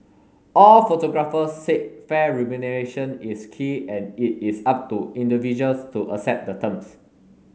all photographers said fair remuneration is key and it is up to individuals to accept the terms